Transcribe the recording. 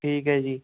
ਠੀਕ ਹੈ ਜੀ